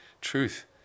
truth